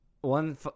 one